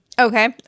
Okay